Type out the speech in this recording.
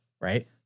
right